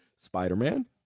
Spider-Man